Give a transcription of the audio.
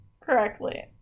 correctly